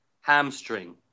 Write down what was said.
hamstring